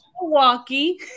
Milwaukee